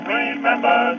remember